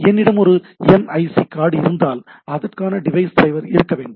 என்னிடம் ஒரு NIC card இருந்தால் அதற்கான டிவைஸ் ட்ரைவர் இருக்க வேண்டும்